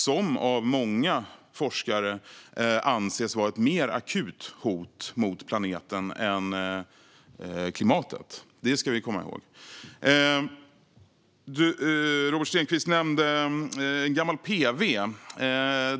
Hotet mot denna anses av många forskare vara ett mer akut hot mot planeten än klimathotet. Det ska vi komma ihåg. Robert Stenkvist nämnde en gammal PV.